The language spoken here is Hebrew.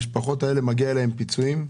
למשפחות מגיעים פיצויים.